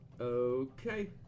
Okay